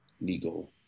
legal